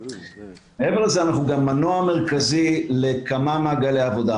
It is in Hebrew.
מעבר לזה אנחנו גם מנוע מרכזי לכמה מעגלי עבודה.